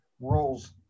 rules